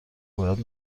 باید